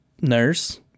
nurse